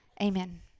Amen